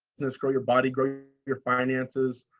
this grow your body grow your finances.